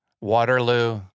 Waterloo